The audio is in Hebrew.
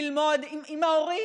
ללמוד עם ההורים,